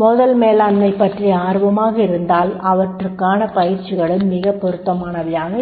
மோதல் மேலாண்மை பற்றி அறிய ஆர்வமாக இருந்தால் அவற்றுக்கான பயிற்சிகளும் மிகப் பொருத்தமானவையாக இருக்கும்